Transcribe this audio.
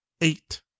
eight